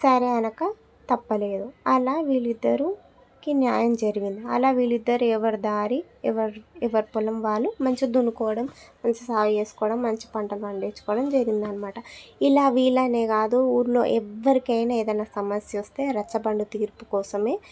సరే అనక తప్పలేదు అలా వీళ్ళిద్దరికి న్యాయం జరిగింది అలా వీళ్ళిద్దరి ఎవరి దారి ఎవరి పొలం వాళ్ళు మంచిగా దున్నుకోవడం మంచిగా సాగు చేసుకోవడం మంచి పంట పండించుకోవడం జరిగిందన్నమాట ఇలా వీళ్ళనే కాదు ఊర్లో ఎవ్వరికైనా సమస్య వస్తే రచ్చబండ తీర్పు కోసమే